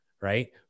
Right